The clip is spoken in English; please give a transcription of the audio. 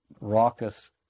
raucous